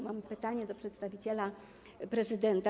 Mam pytanie do przedstawiciela prezydenta.